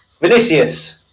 Vinicius